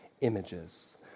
images